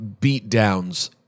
beatdowns